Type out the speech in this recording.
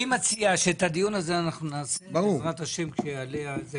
אני מציע שאת הדיון הזה אנחנו נעשה בעזרת השם כשיעלה ---.